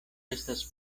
estas